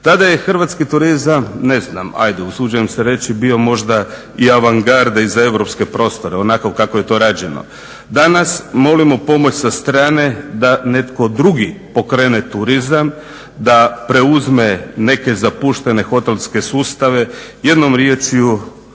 Tada je hrvatski turizam, ne znam ajde usuđujem se reći, bio možda i avangarda i za europske prostore, onako kako je to rađeno. Danas molimo pomoć sa strane da netko drugi pokrene turizam, da preuzme neke zapuštene hotelske sustave, jednom riječju